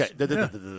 Okay